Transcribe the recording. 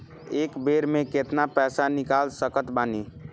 एक बेर मे केतना पैसा निकाल सकत बानी?